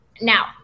Now